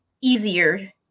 easier